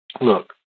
look